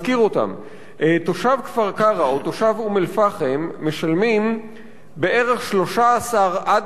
תושב כפר-קרע או תושב אום-אל-פחם משלמים בערך 13% 15%